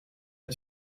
est